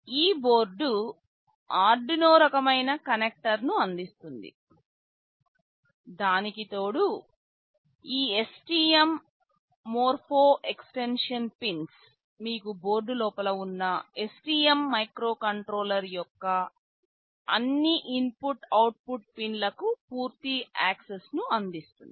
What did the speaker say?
ఈ board Arduino రకమైన కనెక్టర్ను అందిస్తుంది దానికి తోడు ఈ STM మోర్ఫో ఎక్స్టెన్షన్ పిన్స్ మీకు బోర్డు లోపల ఉన్న STM మైక్రోకంట్రోలర్ యొక్క అన్ని ఇన్పుట్ అవుట్పుట్ పిన్లకు పూర్తి యాక్సెస్ ని అందిస్తుంది